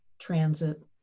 transit